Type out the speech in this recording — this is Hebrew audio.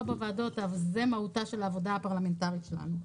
בוועדות זה מהותה של העבודה הפרלמנטרית שלנו.